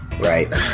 Right